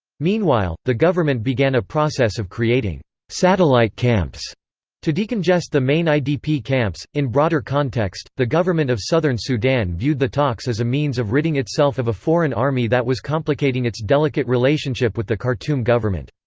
meanwhile, the government began a process of creating satellite camps to decongest the main idp camps in broader context, the government of southern sudan viewed the talks as a means of ridding itself of a foreign army that was complicating its delicate relationship with the khartoum government.